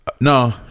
No